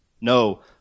No